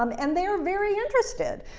um and they're very interested,